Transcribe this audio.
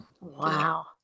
Wow